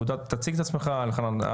תציג את עצמך אלחנן.